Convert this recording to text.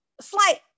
slight